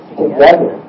together